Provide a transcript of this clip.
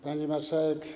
Pani Marszałek!